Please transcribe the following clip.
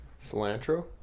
Cilantro